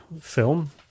film